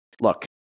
Look